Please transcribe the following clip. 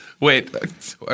Wait